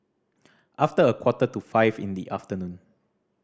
after a quarter to five in the afternoon